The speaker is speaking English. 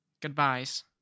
goodbyes